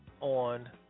on